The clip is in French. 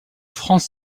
frans